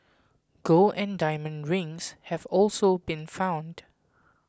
gold and diamond rings have also been found